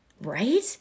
right